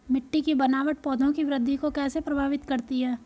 मिट्टी की बनावट पौधों की वृद्धि को कैसे प्रभावित करती है?